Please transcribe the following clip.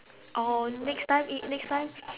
or next time if next time